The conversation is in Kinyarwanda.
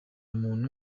muntu